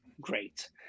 great